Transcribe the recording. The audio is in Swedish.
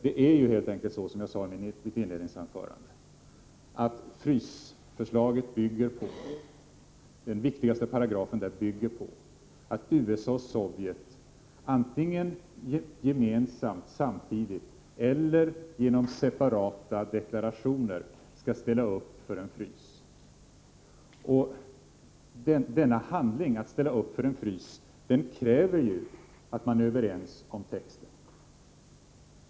Det är helt enkelt så, som jag sade i mitt inledningsanförande, att den viktigaste paragrafen i frysförslaget bygger på att USA och Sovjet antingen gemensamt och samtidigt eller genom separata deklarationer skall ställa upp för en frysning. Denna handling att ställa upp för en frysning — kräver ju att man är överens om texten.